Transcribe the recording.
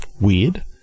weird